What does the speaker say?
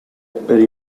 per